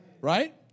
right